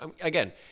again